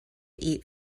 eat